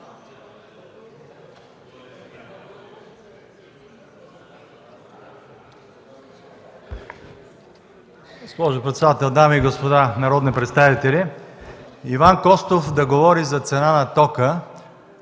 Госпожо председател, дами и господа народни представители! Иван Костов да говори за цена на тока